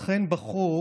אכן, בחוק